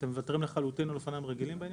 אתם מוותרים לחלוטין על אופניים רגילים בעניין?